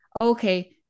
Okay